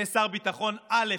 יש שר ביטחון א',